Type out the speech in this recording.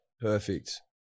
Perfect